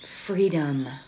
Freedom